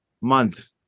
month